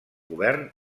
govern